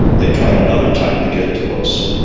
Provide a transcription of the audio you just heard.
they tried another time to get to us.